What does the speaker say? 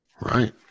right